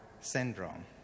syndrome